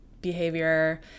behavior